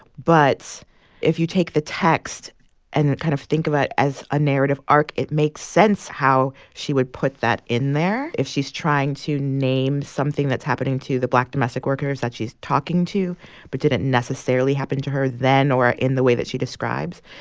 but if you take the text and kind of think about it as a narrative arc, it makes sense how she would put that in there if she's trying to name something that's happening to the black domestic workers that she's talking to but didn't necessarily happen to her then or in the way that she describes.